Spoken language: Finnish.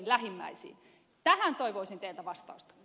tähän toivoisin teiltä vastausta